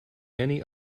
many